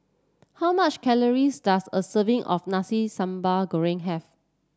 how much calories does a serving of Nasi Sambal Goreng have